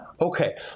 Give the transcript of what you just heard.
Okay